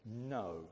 No